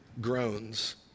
groans